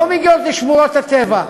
לא מגיעות לשמורות הטבע,